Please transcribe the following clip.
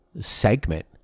segment